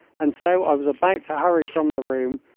and so i was about to hurry from the room,